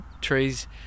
trees